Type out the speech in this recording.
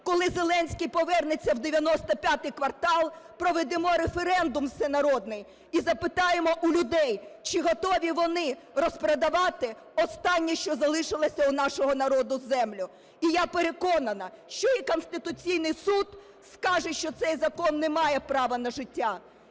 коли Зеленський повернеться в "95 квартал", проведемо референдум всенародний і запитаємо у людей, чи готові вони розпродавати останнє, що залишилося у нашого народу – землю. І я переконана, що і Конституційний Суд скаже, що цей закон не має права на життя